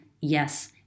yes